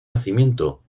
nacimiento